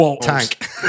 tank